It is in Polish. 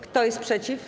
Kto jest przeciw?